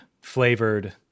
flavored